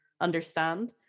understand